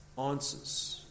answers